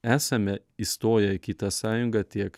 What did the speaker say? esame įstoję į kitą sąjungą tiek